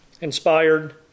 inspired